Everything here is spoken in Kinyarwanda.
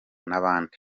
n’abandi